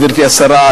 גברתי השרה,